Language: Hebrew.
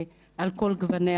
על כל גווניה,